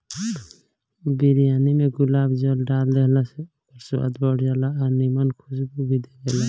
बिरयानी में गुलाब जल डाल देहला से ओकर स्वाद बढ़ जाला आ निमन खुशबू भी देबेला